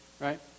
right